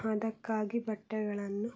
ಅದಕ್ಕಾಗಿ ಬಟ್ಟೆಗಳನ್ನು